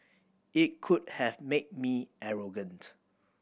it could have made me arrogant